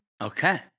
Okay